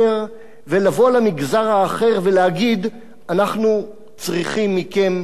ולבוא למגזר האחר ולהגיד: אנחנו צריכים מכם יותר.